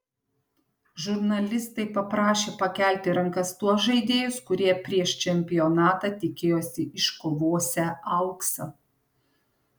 žurnalistai paprašė pakelti rankas tuos žaidėjus kurie prieš čempionatą tikėjosi iškovosią auksą